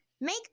Make